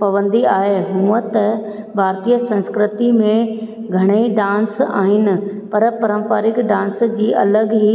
पवंदी आहे हूअं त भरतीय संस्कृती में घणेई डांस आहिनि पर परंपारिक डांस जी अलॻ ई